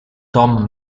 tom